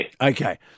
Okay